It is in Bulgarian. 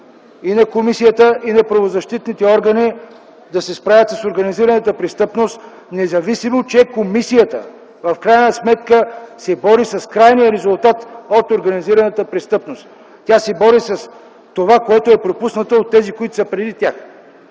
и на комисията, и на правозащитните органи да се справят с организираната престъпност, независимо че комисията в крайна сметка се бори с крайния резултат от организираната престъпност. Тя се бори с това, което е пропуснато от тези, които са преди тях.